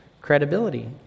credibility